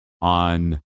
on